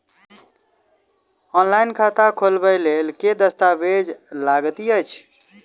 Online खाता खोलबय लेल केँ दस्तावेज लागति अछि?